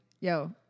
Yo